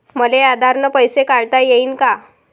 मले आधार न पैसे काढता येईन का?